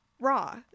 raw